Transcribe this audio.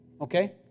Okay